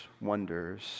wonders